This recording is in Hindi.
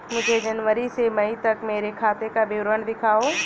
मुझे जनवरी से मई तक मेरे खाते का विवरण दिखाओ?